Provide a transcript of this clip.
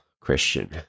Christian